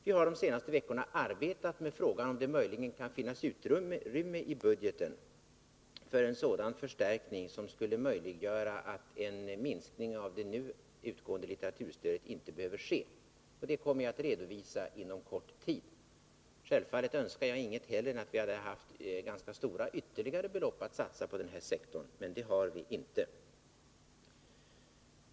Vi har de senaste veckorna arbetat med frågan om det möjligen kan finnas utrymme i budgeten för en sådan förstärkning att det nu utgående litteraturstödet inte behöver minskas. Detta kommer jag att redovisa inom kort. Självfallet önskar jag inget hellre än att vi hade ytterligare ganska stora belopp att satsa på denna sektor, men det har vi inte.